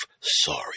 Sorry